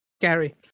Gary